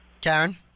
Karen